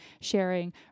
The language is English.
sharing